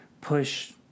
push